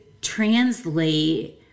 translate